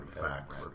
facts